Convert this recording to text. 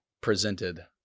presented